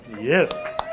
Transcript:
yes